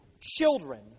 children